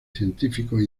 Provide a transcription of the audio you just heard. científicos